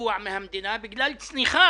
סיוע מן המדינה בגלל צניחה